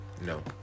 No